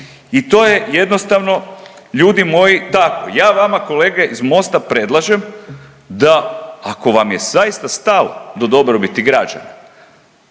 I to je jednostavno, ljudi moji, tako. Ja vama, kolege iz Mosta, predlažem da ako vam je zaista stalo do dobrobiti građana,